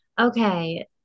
Okay